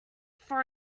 for